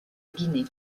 guinée